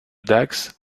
dax